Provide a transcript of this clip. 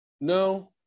No